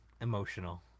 emotional